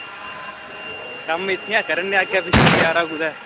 कम्म इत्थै गै करने आं अग्गे पिच्छै गजारा कुदै